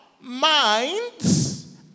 minds